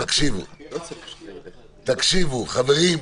תקשיבו, חברים,